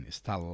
Está